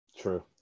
true